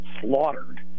slaughtered